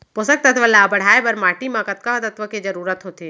पोसक तत्व ला बढ़ाये बर माटी म कतका तत्व के जरूरत होथे?